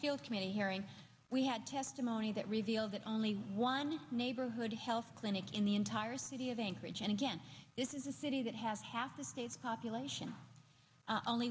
seal community hearing we had testimony that revealed that only one neighborhood health clinic in the entire city of anchorage and again this is a city that has half a state's population only